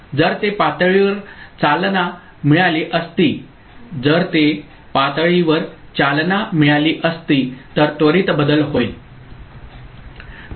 जर ते पातळीवर चालना मिळाली असती तर त्वरित बदल होईल